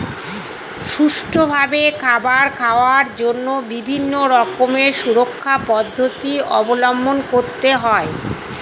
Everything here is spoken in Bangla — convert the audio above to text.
সুষ্ঠুভাবে খাবার খাওয়ার জন্য বিভিন্ন রকমের সুরক্ষা পদ্ধতি অবলম্বন করতে হয়